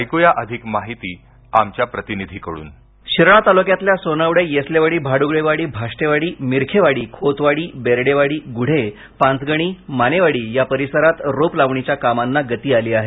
ऐकूया अधिक माहिती आमच्या प्रतिनिधीकडून स्क्रिप्ट शिराळा तालुक्यातल्या सोनवडे येसलेवाडी भाडूगळेवाडी भाष्टेवाडी मिरखेवाडी खोतवाडी बेरडेवाडी गुढे पांचगणी मानेवाडी या परिसरात रोप लावणीच्या कामांना गती आली आहे